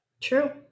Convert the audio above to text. True